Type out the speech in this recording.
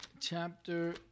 chapter